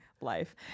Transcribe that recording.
life